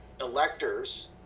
electors